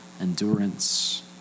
endurance